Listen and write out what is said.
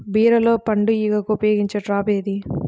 బీరలో పండు ఈగకు ఉపయోగించే ట్రాప్ ఏది?